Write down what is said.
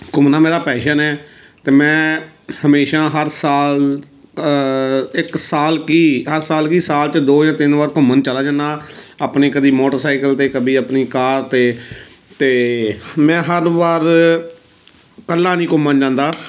ਘੁੰਮਣਾ ਮੇਰਾ ਪੈਸ਼ਨ ਹੈ ਅਤੇ ਮੈਂ ਹਮੇਸ਼ਾ ਹਰ ਸਾਲ ਇੱਕ ਸਾਲ ਕੀ ਹਰ ਸਾਲ ਕੀ ਸਾਲ 'ਚ ਦੋ ਜਾਂ ਤਿੰਨ ਵਾਰ ਘੁੰਮਣ ਚਲਾ ਜਾਂਦਾ ਆਪਣੇ ਕਦੀ ਮੋਟਰਸਾਈਕਲ 'ਤੇ ਕਦੀ ਆਪਣੀ ਕਾਰ 'ਤੇ ਅਤੇ ਮੈਂ ਹਰ ਵਾਰ ਇਕੱਲਾ ਨਹੀਂ ਘੁੰਮਣ ਜਾਂਦਾ